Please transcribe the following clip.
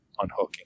unhooking